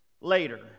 later